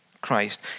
Christ